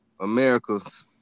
America's